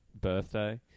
birthday